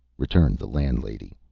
returned the landlady.